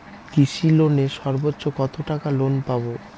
কৃষি লোনে সর্বোচ্চ কত টাকা লোন পাবো?